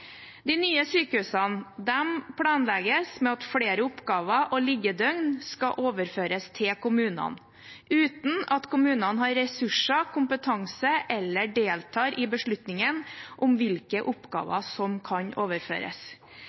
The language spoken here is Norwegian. De nye sykehusene planlegges med at flere oppgaver og liggedøgn skal overføres til kommunene, uten at kommunene har ressurser, kompetanse eller deltar i beslutningen om hvilke oppgaver som kan overføres.